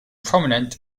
prominent